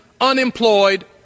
unemployed